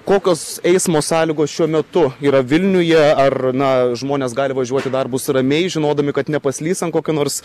kokios eismo sąlygos šiuo metu yra vilniuje ar na žmonės gali važiuoti į darbus ramiai žinodami kad nepaslys ant kokio nors